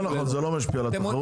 לא נכון, זה לא משפיע על התחרות.